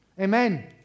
Amen